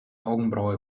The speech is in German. augenbraue